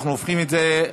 אנחנו הופכים את זה,